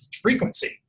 frequency